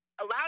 allow